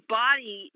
body